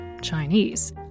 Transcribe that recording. Chinese